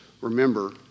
remember